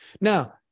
Now